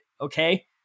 Okay